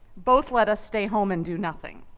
both let us stay home and do nothing.